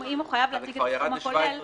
אם הוא חייב להציג את הסכום הכולל,